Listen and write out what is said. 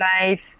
life